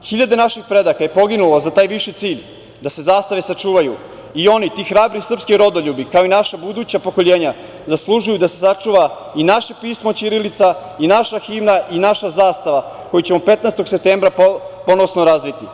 Hiljade naših predaka je poginulo za taj viši cilj da se zastave sačuvaju i oni, ti hrabri srpski rodoljubi, kao i naša buduća pokolenja, zaslužuju da se sačuva i naše pismo ćirilica i naša himna i naša zastava, koju ćemo 15. septembra ponosno razviti.